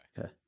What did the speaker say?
Okay